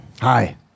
Hi